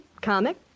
comic